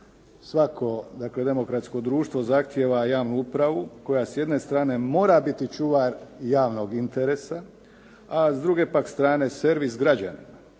Svako demokratsko društvo zahtijeva javnu upravu koja s jedne strane mora biti čuvar javnog interesa, a s druge pak strane servis građanima